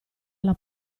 alla